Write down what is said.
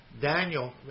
Daniel